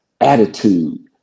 attitude